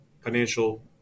financial